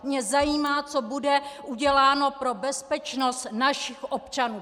Mě zajímá, co bude uděláno pro bezpečnost našich občanů!!